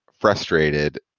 frustrated